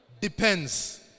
depends